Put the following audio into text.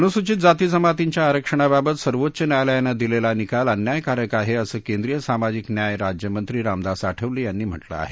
अन्सूचित जाती जमातींच्या आरक्षणाबाबत सर्वोच्च न्यायालयानं दिलेला निकाल अन्यायकारक आहे असं केंद्रीय सामाजिक न्याय राज्यमंत्री रामदास आठवले यांनी म्हटलं आहे